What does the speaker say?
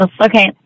Okay